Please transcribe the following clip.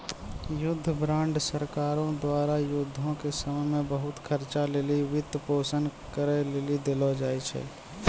युद्ध बांड सरकारो द्वारा युद्धो के समय मे बहुते खर्चा लेली वित्तपोषन करै लेली देलो जाय छै